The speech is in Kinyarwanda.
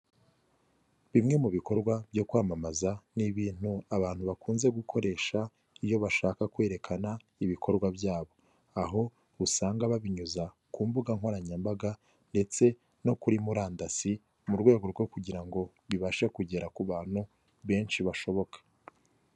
Bimwe mu bikorwa byo kwamamaza ni ibintu abantu bakunze gukoresha iyo bashaka kwerekana ibikorwa byabo. Aho usanga babinyuza ku mbuga nkoranyambaga ndetse no kuri murandasi mu rwego rwo kugira ngo bibashe kugera ku bantu benshi bashoboka.